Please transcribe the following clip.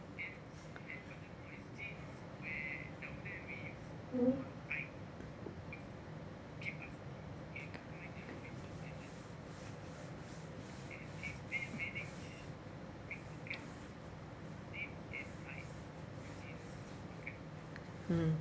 hmm mm